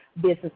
business